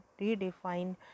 redefine